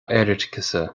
oirirceasa